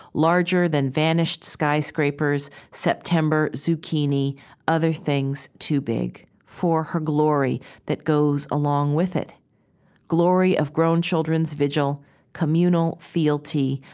larger than vanished skyscrapers september zucchini other things too big. for her glory that goes along with it glory of grown children's vigil communal fealty,